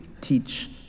teach